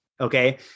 okay